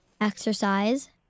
exercise